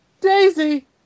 Daisy